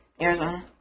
Arizona